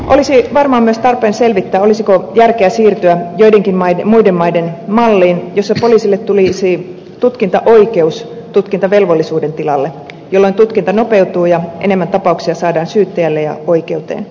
olisi varmaan myös tarpeen selvittää olisiko järkeä siirtyä joidenkin muiden maiden malliin jossa poliisille tulisi tutkintaoikeus tutkintavelvollisuuden tilalle jolloin tutkinta nopeutuu ja saadaan enemmän tapauksia syyttäjälle ja oikeuteen